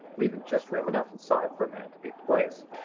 leaving just room enough inside for a man to be placed.